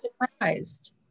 surprised